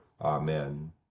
Amen